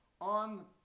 on